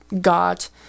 got